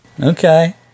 Okay